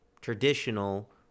traditional